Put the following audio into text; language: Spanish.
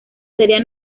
sería